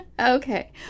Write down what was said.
Okay